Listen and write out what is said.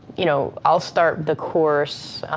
you know, i'll start the course,